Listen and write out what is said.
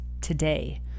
today